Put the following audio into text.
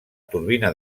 turbina